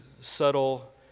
subtle